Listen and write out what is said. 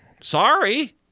Sorry